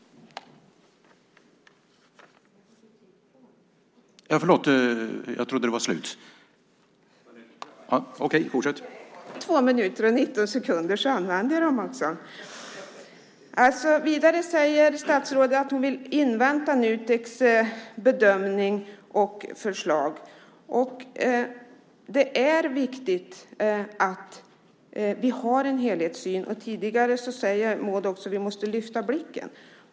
Vidare säger statsrådet att hon vill invänta Nuteks bedömning och förslag. Och det är viktigt att vi har en helhetssyn. Tidigare sade hon också att vi måste lyfta blicken.